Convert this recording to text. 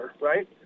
right